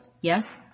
Yes